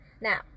Now